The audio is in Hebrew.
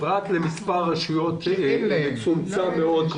פרט למספר רשויות מצומצם מאוד,